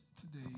today